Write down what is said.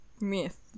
myth